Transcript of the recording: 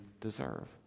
deserve